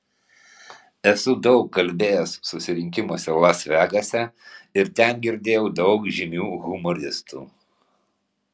esu daug kalbėjęs susirinkimuose las vegase ir ten girdėjau daug žymių humoristų